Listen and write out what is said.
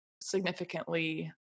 significantly